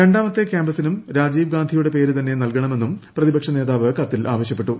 രണ്ടാമത്തെ കൃാമ്പസിനും രാജീവ് ഗാന്ധിയുടെ പേര് തന്നെ നൽകണമെന്നും പ്രതിപക്ഷ നേതാവ് കത്തിൽ ആവശ്യപ്പെട്ടു